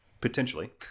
potentially